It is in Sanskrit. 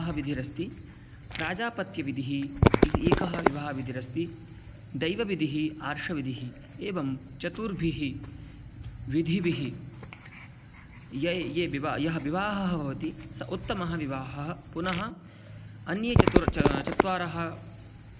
मानवानां कार्यं अधिकं नास्ति तन्त्राणि एव कार्याणि कुर्वन्ति तन्त्राण्येव सर्वविधं सौविध्यं कल्पयन्ति व्यापारेषु अतः यः खलु व्यापारं चिकीर्षति लघु वा भवतु बृहद् वा भवतु